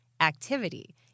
activity